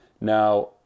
Now